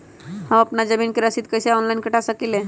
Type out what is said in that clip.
हम अपना जमीन के रसीद कईसे ऑनलाइन कटा सकिले?